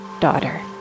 daughter